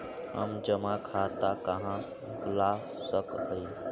हम जमा खाता कहाँ खुलवा सक ही?